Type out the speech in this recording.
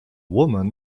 woman